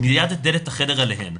מייד את דלת החדר עליהן.